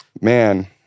Man